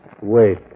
Wait